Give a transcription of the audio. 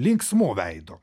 linksmu veidu